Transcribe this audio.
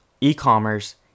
e-commerce